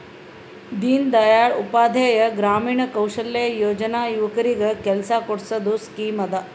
ದೀನ್ ದಯಾಳ್ ಉಪಾಧ್ಯಾಯ ಗ್ರಾಮೀಣ ಕೌಶಲ್ಯ ಯೋಜನಾ ಯುವಕರಿಗ್ ಕೆಲ್ಸಾ ಕೊಡ್ಸದ್ ಸ್ಕೀಮ್ ಅದಾ